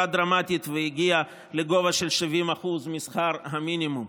דרמטית והגיע לגובה של 70% משכר המינימום.